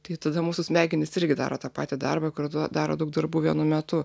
tai tada mūsų smegenys irgi daro tą patį darbą kartu daro daug darbų vienu metu